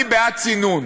אני בעד צינון,